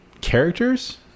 characters